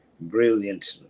brilliant